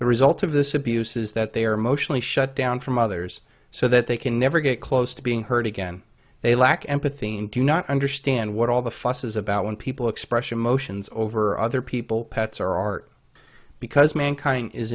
the result of this abuse is that they are emotionally shut down from others so that they can never get close to being hurt again they lack empathy and do not understand what all the fuss is about when people expression motions over other people pets or art because mankind is